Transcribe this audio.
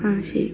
ആ ശരി